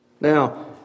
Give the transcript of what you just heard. Now